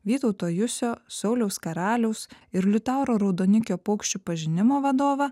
vytauto jusio sauliaus karaliaus ir liutauro raudonikio paukščių pažinimo vadovą